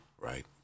right